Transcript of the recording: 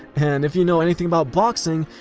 and if you know anything about boxing,